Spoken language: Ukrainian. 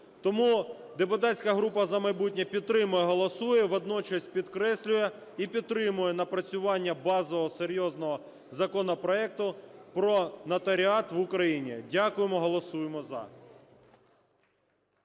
Тому депутатська група "За майбутнє" підтримує, голосує, водночас підкреслює і підтримує напрацювання базового серйозного законопроекту про нотаріат в Україні. Дякуємо. Голосуємо "за".